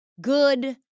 good